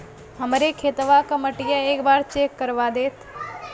हमरे खेतवा क मटीया एक बार चेक करवा देत?